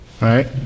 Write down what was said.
right